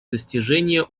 достижения